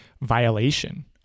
violation